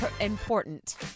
important